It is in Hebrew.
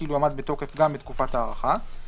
כאילו עמד בתוקף גם בתקופת ההארכה,